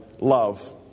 love